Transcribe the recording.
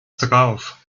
drauf